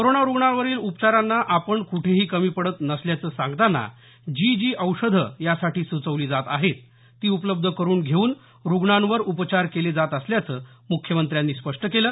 corona रुग्णावरील उपचारांना आपण कुठेही कमी पडत नसल्याचं सांगतांना जी जी औषधं यासाठी सुचवली जात आहेत ती उपलब्ध करून घेऊन रुग्णांवर उपचार केले जात असल्याचं मुख्यमंत्र्यांनी स्पष्ट केलं